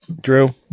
drew